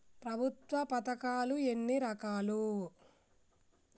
ప్రభుత్వ పథకాలు ఎన్ని రకాలు?